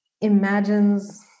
imagines